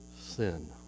sin